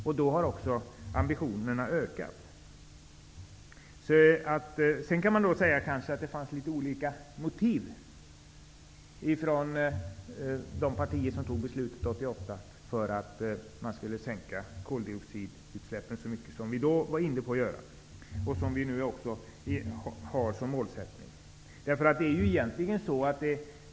Därmed har också ambitionerna ökat. Man kan då kanske säga att de partier som fattade beslutet 1988 hade litet olika motiv för att sänka koldioxidutsläppen så mycket som vi då var beredda att göra och som vi nu också har som målsättning.